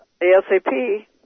ASAP